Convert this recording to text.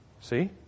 See